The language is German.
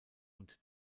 und